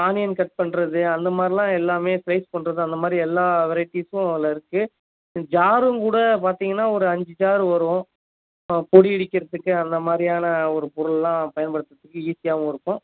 onion cut பண்ணுறது அந்த மாதிரிலாம் எல்லாமே ஸ்லைஸ் பண்ணுறது அந்த மாதிரி எல்லா வெரைட்டீஸும் அதில் இருக்குது ஜார்ரும் கூட பார்த்தீங்கன்னா ஒரு அஞ்சு ஜார் வரும் பொடி இடிக்கிறத்துக்கு அந்த மாதிரியான ஒரு பொருள்லாம் பயன்படுத்துகிறத்துக்கு ஈசியாகவும் இருக்கும்